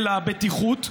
של הבטיחות.